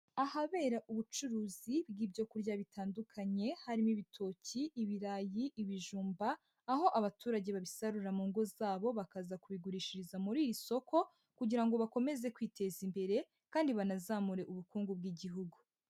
Ahabera ubucuruzi bw'ibyo kurya bitandukanye, harimo ibitoki, ibirayi, ibijumba, aho abaturage babisarura mu ngo zabo, bakaza kubigurishiriza muri iri soko, kugira ngo bakomeze kwiteza imbere, kandi banazamure ubukungu bw'igihugu.